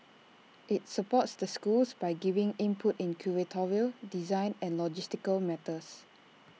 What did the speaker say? IT supports the schools by giving input in curatorial design and logistical matters